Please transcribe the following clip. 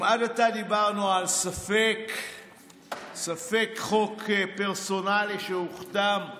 אם עד עתה דיברנו על ספק חוק פרסונלי שהוכתם,